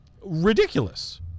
ridiculous